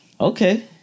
okay